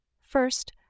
First